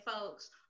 folks